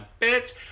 bitch